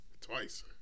Twice